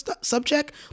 subject